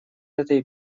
этой